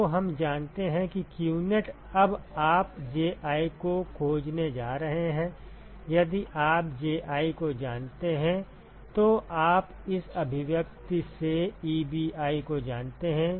तो हम जानते हैं कि qnet अब आप Ji को खोजने जा रहे हैं यदि आप Ji को जानते हैं तो आप इस अभिव्यक्ति से Ebi को जानते हैं